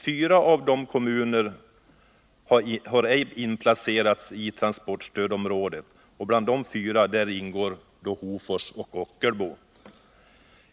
Fyra av dessa kommuner har ej inplacerats i transportstödsområde. Bland de fyra är Hofors och Ockelbo.